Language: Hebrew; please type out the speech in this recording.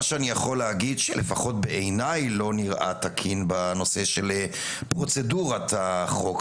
מה שלפחות בעיניי לא נראה תקין בנושא פרוצדורת החוק,